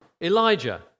Elijah